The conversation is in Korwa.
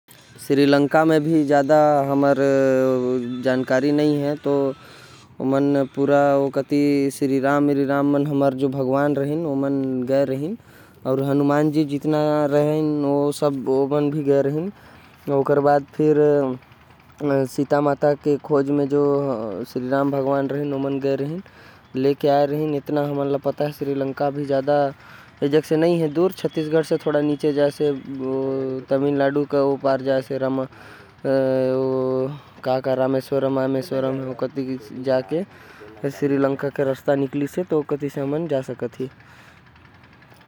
श्रीलंका हमर से ज्यादा दूर नही हवे। इतना जानथि की हमर श्री राम भगवान। हनुमान जी के संघे माता सीता ल लेहे श्रीलंका गए रहिन।